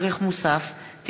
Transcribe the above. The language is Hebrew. הצעת חוק מס ערך מוסף (תיקון,